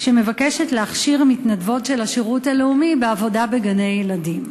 שמבקשת להכשיר מתנדבות של השירות הלאומי לעבודה בגני-ילדים.